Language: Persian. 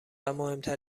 مهمتر